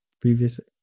previously